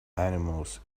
animals